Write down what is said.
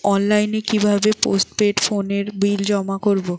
অনলাইনে কি ভাবে পোস্টপেড ফোনের বিল জমা করব?